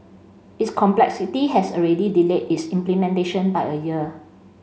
its complexity has already delayed its implementation by a year